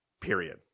Period